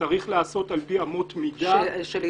צריך להיעשות על פי אמות מידה --- שלעתים